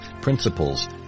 Principles